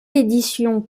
éditions